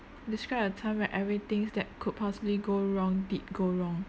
describe a time where every things that could possibly go wrong did go wrong